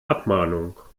abmahnung